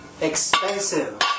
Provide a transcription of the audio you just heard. Expensive